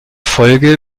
folge